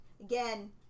again